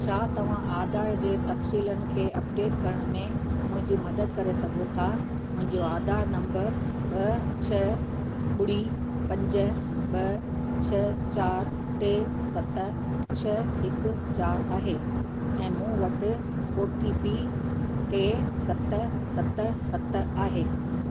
छा तव्हां आधार जे तफ़सीलनि खे अपडेट करण में मुंहिंजी मदद करे सघो था मुंहिंजो आधार नंबर ॿ छह ॿुड़ी पंज ॿ छह चार टे सत छह हिकु चार आहे ऐं मूं वटि ओ टी पी टे सत सत सत आहे